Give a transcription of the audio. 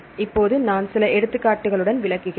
இப்போது நான் சில எடுத்துக்காட்டுகளுடன் விளக்குகிறேன்